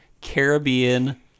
Caribbean